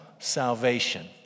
salvation